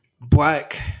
black